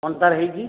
କ'ଣ ତା'ର ହେଇଛି